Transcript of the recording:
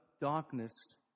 darkness